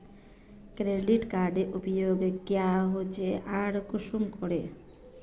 Credit कार्डेर उपयोग क्याँ होचे आर कुंसम करे?